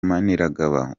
maniragaba